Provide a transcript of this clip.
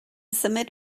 symud